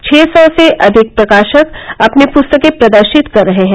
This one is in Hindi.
छः सौ से अधिक प्रकाशक अपनी पुस्तकें प्रदर्शित कर रहे हैं